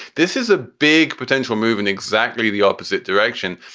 this is a big potential move in exactly the opposite direction.